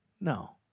no